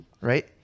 right